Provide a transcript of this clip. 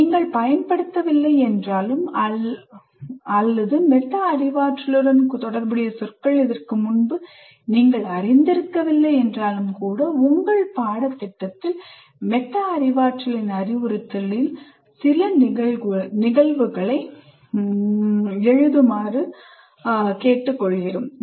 நீங்கள் பயன்படுத்தவில்லை என்றாலும் அல்லது மெட்டா அறிவாற்றலுடன் தொடர்புடைய சொற்களை இதற்கு முன்பு நீங்கள் அறிந்திருக்கவில்லை என்றாலும் கூட உங்கள் பாடத்திட்டத்தில் மெட்டா அறிவாற்றல் அறிவுறுத்தலின் சில நிகழ்வுகளை எழுதுமாறு கேட்டுக்கொள்கிறோம்